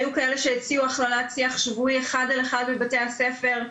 היו כאלה שהציעו הכללת שיח שבועי אחד על אחד בבתי הספר,